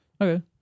Okay